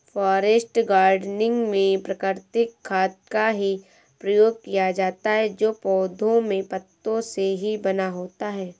forest gardening में प्राकृतिक खाद का ही प्रयोग किया जाता है जो पौधों के पत्तों से ही बना होता है